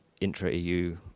intra-EU